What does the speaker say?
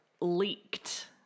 leaked